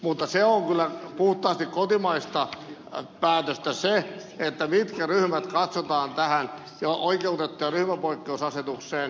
mutta se on kyllä puhtaasti kotimaista päätöstä mitkä ryhmät katsotaan tähän jo oikeutettujen ryhmäpoikkeusasetukseen